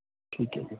ਠੀਕ ਹੈ ਜੀ